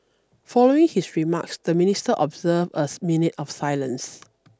following his remarks the Ministers observed a minute of silence